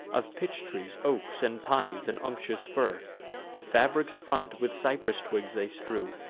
of pitch trees, oaks, and pines, and unctuous fir the fabric's front with cypress twigs they strew,